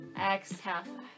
Exhale